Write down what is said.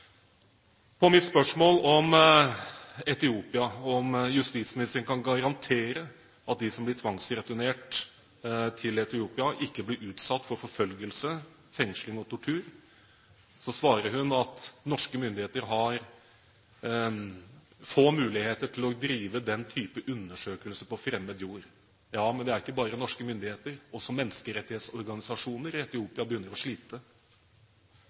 På mitt spørsmål om Etiopia, om justisministeren kan garantere at de som blir tvangsreturnert til Etiopia, ikke blir utsatt for forfølgelse, fengsling og tortur, svarer hun at norske myndigheter har få muligheter til å drive den type undersøkelse på fremmed jord. Ja, men det gjelder ikke bare norske myndigheter – også menneskerettighetsorganisasjoner i Etiopia begynner å slite.